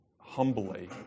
humbly